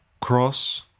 cross